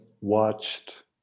watched